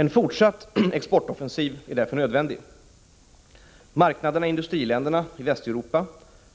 En fortsatt exportoffensiv är därför nödvändig. Marknaderna i industriländerna i Västeuropa,